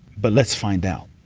but let's find out.